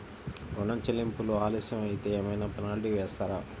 ఋణ చెల్లింపులు ఆలస్యం అయితే ఏమైన పెనాల్టీ వేస్తారా?